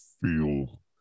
feel